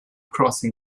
crossing